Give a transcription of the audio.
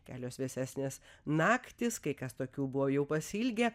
kelios vėsesnės naktys kai kas tokių buvo jau pasiilgę